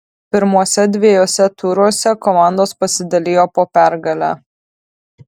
pirmuose dviejuose turuose komandos pasidalijo po pergalę